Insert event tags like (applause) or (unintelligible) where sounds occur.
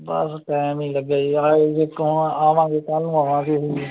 ਬਸ time ਹੀ ਨੀਂ ਲੱਗਿਆ ਜੀ (unintelligible) ਕੌਣ ਆਵਾਂਗੇ ਕੱਲ ਨੂੰ ਆਵਾਂਗੇ ਅਸੀਂ ਜੀ